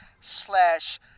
slash